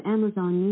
Amazon